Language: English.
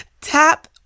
Tap